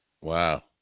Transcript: wow